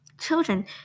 Children